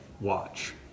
Watch